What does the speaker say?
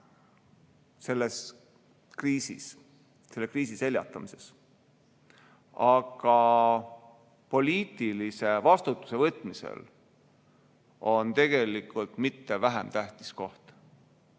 kindlasti koht selle kriisi seljatamises, aga poliitilise vastutuse võtmisel on tegelikult mitte vähem tähtis koht.